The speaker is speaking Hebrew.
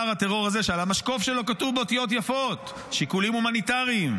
שער הטרור הזה שעל המשקוף שלו כתוב באותיות יפות: שיקולים הומניטריים,